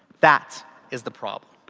that is the problem.